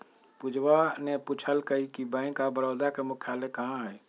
पूजवा ने पूछल कई कि बैंक ऑफ बड़ौदा के मुख्यालय कहाँ हई?